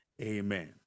amen